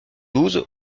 douze